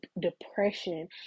depression